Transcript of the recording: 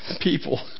people